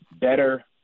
better